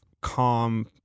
calm